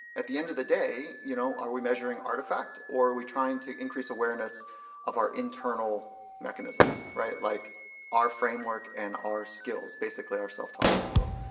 at the end of the day, you know are we measuring artifact or are we trying to increase awareness of our internal mechanisms, right? like our framework and our skills. basically our self-talk, if you will.